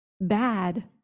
bad